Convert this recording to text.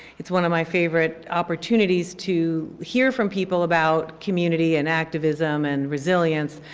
it's one of my favorite opportunities to hear from people about community and activism and resilience.